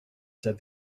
said